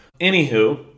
Anywho